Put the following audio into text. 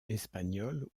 espagnol